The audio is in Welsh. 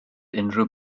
unrhyw